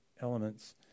elements